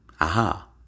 Aha